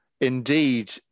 indeed